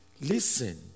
Listen